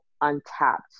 untapped